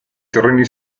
terreni